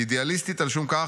היא אידיאליסטית על שום כך,